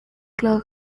clog